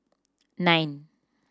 nine